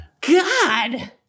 God